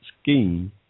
scheme